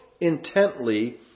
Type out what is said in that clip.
intently